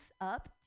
up